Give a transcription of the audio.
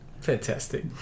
Fantastic